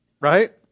Right